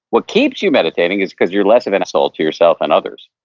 what keeps you meditating is because you're less of an asshole to yourself, and others.